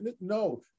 no